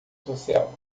social